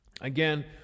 again